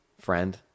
friend